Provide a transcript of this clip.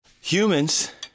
Humans